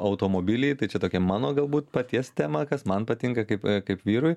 automobiliai tai čia tokia mano galbūt paties tema kas man patinka kaip kaip vyrui